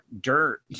dirt